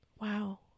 Wow